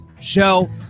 show